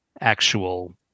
actual